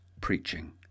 preaching